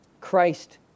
Christ